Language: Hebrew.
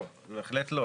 לא, בהחלט לא.